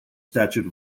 statute